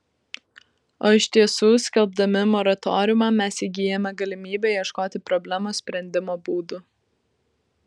o iš tiesų skelbdami moratoriumą mes įgyjame galimybę ieškoti problemos sprendimo būdų